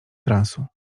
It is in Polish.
transu